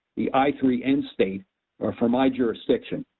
the i three end state or for my jurisdiction.